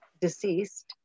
deceased